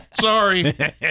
Sorry